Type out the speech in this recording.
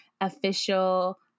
official